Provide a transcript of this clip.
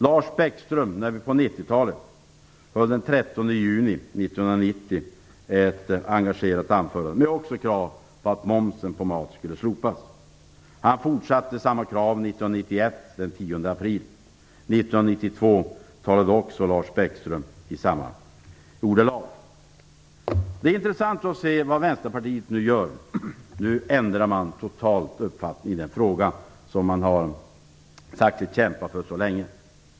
Lars Bäckström höll den 13 juni 1990 ett engagerat anförande med krav på att momsen på mat skulle slopas. Han fortsatte att driva samma krav den 10 april 1991. År 1992 talade också Lars Bäckström i samma ordalag. Det är intressant att se vad Vänsterpartiet nu gör. Nu ändrar man total uppfattning i den fråga som har sagt sig kämpa för så länge.